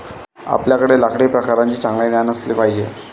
आपल्याकडे लाकडी प्रकारांचे चांगले ज्ञान असले पाहिजे